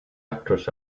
actress